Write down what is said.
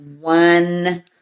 one